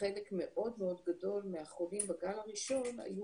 חלק מאוד מאוד גדול מהחולים בגל הראשון היו